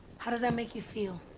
how does that make you feel?